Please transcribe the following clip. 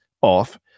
off